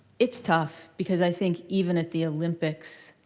it's tough, because i think even at the olympics